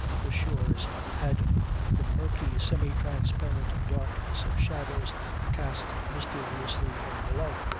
the shores had the murky semi transparent darkness of shadows cast mysteriously from below.